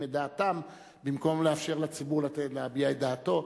את דעתם במקום לאפשר לציבור להביע את דעתו,